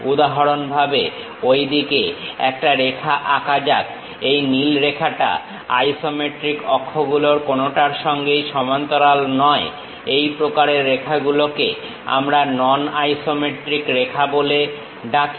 উদাহরণ হিসেবে ঐদিকে একটা রেখা আঁকা যাক এই নীল রেখাটা আইসোমেট্রিক অক্ষগুলোর কোনটার সঙ্গেই সমান্তরাল নয় এই প্রকারের রেখাগুলোকে আমরা নন আইসোমেট্রিক রেখা বলি